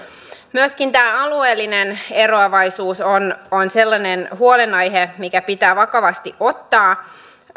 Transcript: myöskin tämä alueellinen eroavaisuus on on sellainen huolenaihe mikä pitää vakavasti ottaa